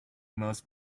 most